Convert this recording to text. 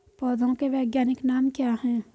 पौधों के वैज्ञानिक नाम क्या हैं?